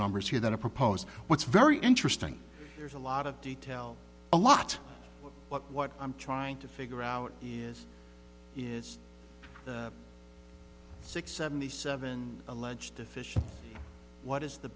numbers here that i propose what's very interesting there's a lot of detail a lot of what i'm trying to figure out is is six seventy seven alleged deficient what is the